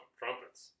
trumpets